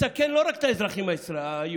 מסכנות לא רק את האזרחים היהודים,